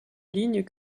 lignes